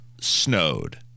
snowed